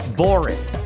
boring